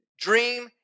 dream